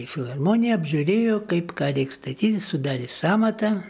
į filharmoniją apžiūrėjo kaip ką reiks statyt sudarė sąmatą